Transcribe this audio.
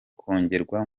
kongerwa